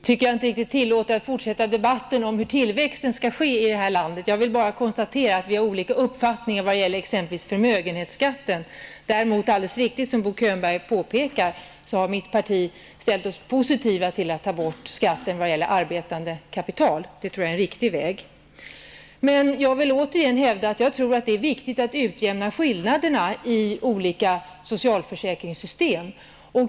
Herr talman! Utrymmet i en replik tycker jag inte tillåter att man fortsätter debatten om hur tillväxten skall ske i detta land. Jag vill bara konstatera att vi har olika uppfattningar när det t.ex. gäller förmögenhetsskatten. Däremot är det helt riktigt som Bo Könberg påpekar, att mitt parti har ställt sig positivt till att ta bort skatten på arbetande kapital. Det tror jag är en riktig väg. Men jag vill återigen hävda att jag tror att det är viktigt att utjämna skillnaderna i olika socialförsäkringssystem.